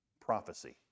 prophecy